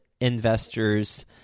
investors